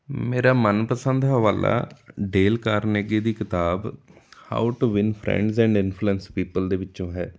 ਮੇਰਾ ਮਨ ਪਸੰਦ ਹਵਾਲਾ ਡੇਲ ਕਾਰਨੇਗੀ ਦੀ ਕਿਤਾਬ how to win friends and influence people ਦੇ ਵਿੱਚੋਂ ਹੈ